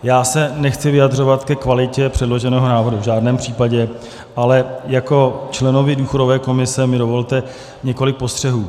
Já se nechci vyjadřovat ke kvalitě předloženého návrhu, to v žádném případě, ale jako členovi důchodové komise mi dovolte několik postřehů.